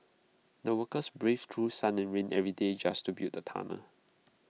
the workers braved through sun and rain every day just to build the tunnel